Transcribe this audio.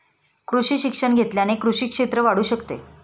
कृषी शिक्षण घेतल्याने कृषी क्षेत्र वाढू शकते